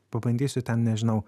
pabandysiu ten nežinau